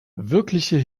wirkliche